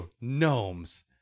gnomes